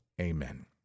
amen